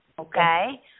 okay